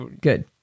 good